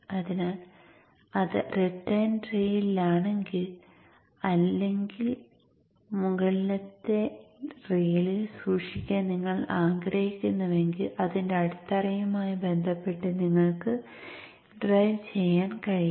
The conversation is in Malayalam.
അതിനാൽ അത് റിട്ടേൺ റെയിലിലാണെങ്കിൽ അല്ലെങ്കിൽ മുകളിലെ റെയിലിൽ സൂക്ഷിക്കാൻ നിങ്ങൾ ആഗ്രഹിക്കുന്നുവെങ്കിൽ അതിന്റെ അടിത്തറയുമായി ബന്ധപ്പെട്ട് നിങ്ങൾക്ക് ഡ്രൈവ് ചെയ്യാൻ കഴിയും